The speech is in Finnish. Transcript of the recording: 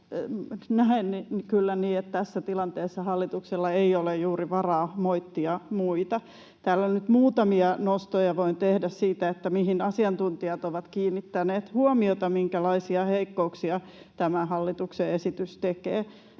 Näen kyllä niin, että tässä tilanteessa hallituksella ei ole juuri varaa moittia muita. Täällä nyt muutamia nostoja voin tehdä siitä, mihin asiantuntijat ovat kiinnittäneet huomiota, että minkälaisia heikkouksia tämä hallituksen esitys tekee: